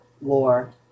War